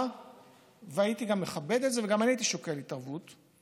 והייתי גם מכבד את זה וגם שוקל התערבות.